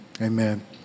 Amen